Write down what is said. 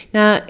Now